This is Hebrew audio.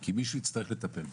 כי מישהו הצטרך לטפל בזה.